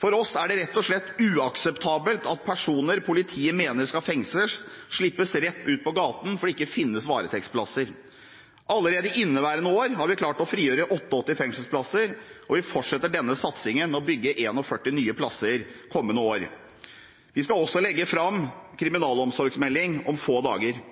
For oss er det rett og slett uakseptabelt at personer politiet mener skal fengsles, slippes rett ut på gaten fordi det ikke finnes varetektsplasser. Allerede i inneværende år har vi klart å frigjøre 88 fengselsplasser, og vi fortsetter denne satsingen ved å bygge 41 nye plasser kommende år. Vi skal om få dager også legge fram en kriminalomsorgsmelding.